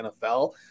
NFL